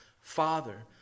Father